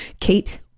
Kate